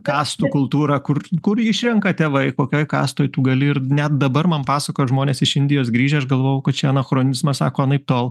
kastų kultūra kur kur išrenka tėvai kokioj kastoj tu gali ir net dabar man pasakojo žmonės iš indijos grįžę aš galvojau kad čia anachronizmas sako anaiptol